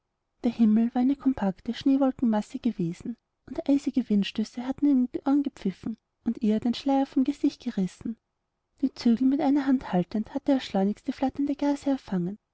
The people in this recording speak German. der himmel war eine kompakte schneewolkenmasse gewesen und eisige windstöße hatten ihnen um die ohren gepfiffen und ihr den schleier vom gesicht gerissen die zügel mit einer hand haltend hatte er schleunigst die flatternde gaze